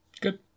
Good